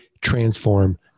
transform